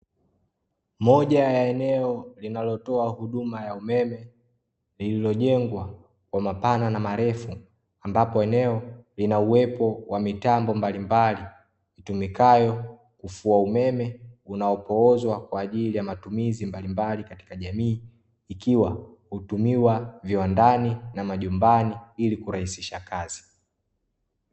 Moja ya eneo linayotoa huduma ya umeme lililojengwa kwa mapana na marefu ambapo eneo linauwepo wa mitambo mbalimbali itumikayo kufua umeme unaopoozwa kwa ajili ya matumizi mbalimbali katika jamii ikiwa kutumiwa viwandani na majumbai ili kurahisisha kazi .